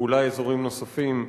ואולי אזורים נוספים,